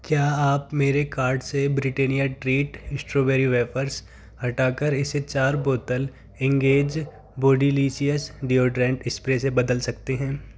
क्या आप मेरे कार्ट से ब्रिटानिया ट्रीट स्ट्रॉबेरी वेफर्स हटाकर इसे चार बोतल Engage bodylicious deodorant spray से बदल सकते हैं